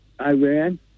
Iran